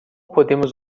podemos